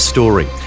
Story